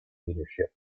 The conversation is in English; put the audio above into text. leadership